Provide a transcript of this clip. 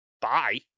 Bye